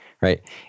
right